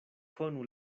konu